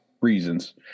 reasons